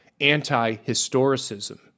anti-historicism